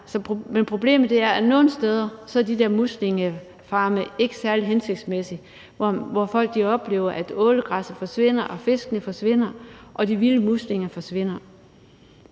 Men problemet er, at de der muslingefarme nogle steder ikke er særlig hensigtsmæssige, da folk oplever, at ålegræsset forsvinder, fiskene forsvinder og de vilde muslinger forsvinder.